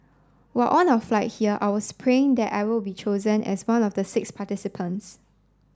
while on our flight here I was praying that I will be chosen as one of the six participants